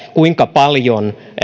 kuinka paljon